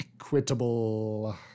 equitable